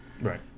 Right